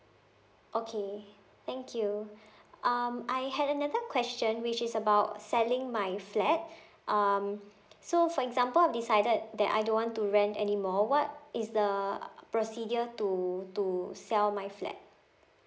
okay thank you um I hd another question which is about selling my flat um so for example I've decided that I don't want to rent anymore what is the procedure to to sell my flat